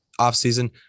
offseason